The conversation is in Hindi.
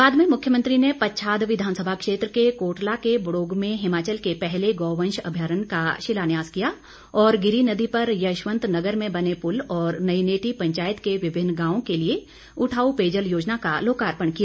बाद में मुख्यमंत्री ने पच्छाद विधानसभा क्षेत्र के कोटला के बडोग में हिमाचल के पहले गौ वंश अभ्यारण का शिलान्यास किया और गिरी नदी पर यशवंत नगर में बने पुल और नईनेटी पंचायत के विभिन्न गांवों के लिए उठाऊ पेयजल योजना का लोकार्पण किया